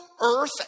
earth